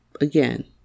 again